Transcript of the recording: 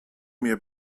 mir